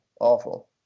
awful